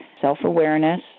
self-awareness